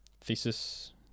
thesis